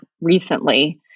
recently